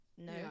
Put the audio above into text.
no